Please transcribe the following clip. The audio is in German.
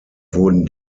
wurden